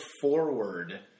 forward